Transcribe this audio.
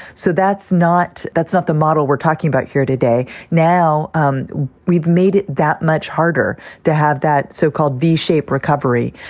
so that's not that's not the model we're talking about here today. now, um we've made it that much harder to have that so-called v-shaped recovery,